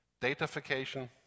datafication